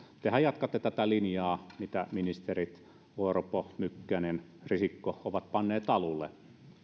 tehän jatkatte tätä linjaa mitä ministerit orpo mykkänen ja risikko ovat panneet alulle